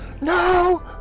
no